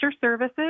Services